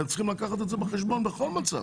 אתם צריכים לקחת את זה בחשבון בכל מצב.